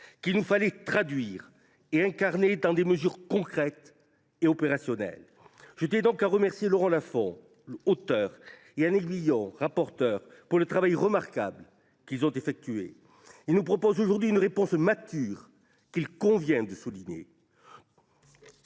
qu’il nous fallait traduire et incarner dans des mesures concrètes et opérationnelles. Je tiens donc à remercier Laurent Lafon, auteur de cette proposition de loi, et Annick Billon, rapporteure, pour le travail remarquable qu’ils ont effectué. Ils nous proposent aujourd’hui une réponse mature qu’il convient de saluer.